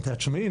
תשמעי,